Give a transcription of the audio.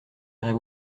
irait